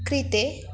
कृते